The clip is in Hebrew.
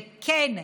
וכן,